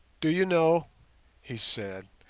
do you know he said,